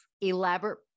elaborate